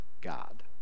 God